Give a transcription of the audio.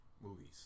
movies